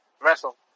wrestle